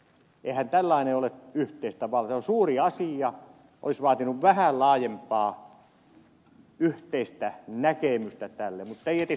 eihän tällainen ole yhteistä vaan se on suuri asia olisi vaatinut vähän laajempaa yhteistä näkemystä tälle mutta ei edes yritettykään mitään